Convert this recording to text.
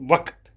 وقت